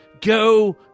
go